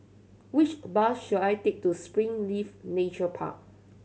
which a bus should I take to Springleaf Nature Park